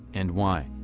and why?